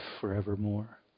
forevermore